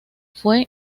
fue